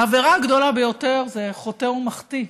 העבירה הגדולה ביותר היא חוטא ומחטיא.